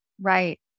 right